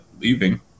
leaving